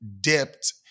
dipped